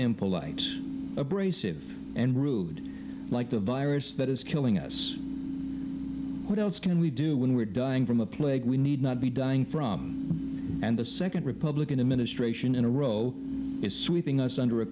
impolite abrasive and rude like the virus that is killing us what else can we do when we're dying from a plague we need not be dying from and the second republican administration in a row is sweeping us under a